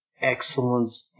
excellence